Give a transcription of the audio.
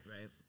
right